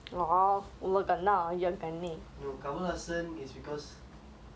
no kamala hassan is because okay lah err